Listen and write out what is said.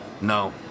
No